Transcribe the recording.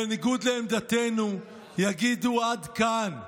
בניגוד לעמדתנו יגידו: עד כאן.